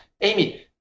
Amy